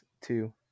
two